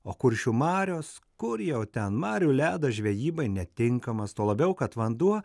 o kuršių marios kur jau ten marių ledas žvejybai netinkamas tuo labiau kad vanduo